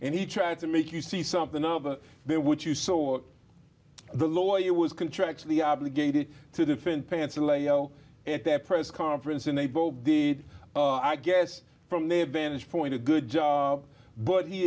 and he tried to make you see something out of there which you saw the lawyer was contractually obligated to defend pants at their press conference and they both did i guess from their vantage point a good job but he